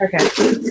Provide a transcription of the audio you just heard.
Okay